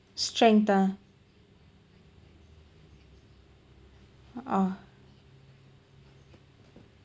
strength ah orh